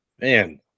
man